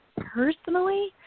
Personally